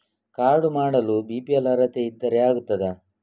Card ಮಾಡಲು BPL ಅರ್ಹತೆ ಇದ್ದರೆ ಆಗುತ್ತದ?